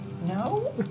No